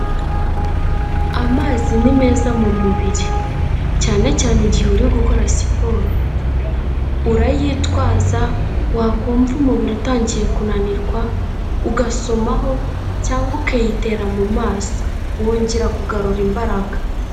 Amazi ni mu mubiri cyane cyane igihe uri gukora siporo, urayitwaza wakumva umubiri utangiye kunanirwa ugasomaho cyangwa ukayitera mu maso, wongera kugarura imbaraga.